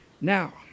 Now